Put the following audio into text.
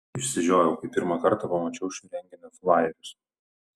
išsižiojau kai pirmą kartą pamačiau šio renginio flajerius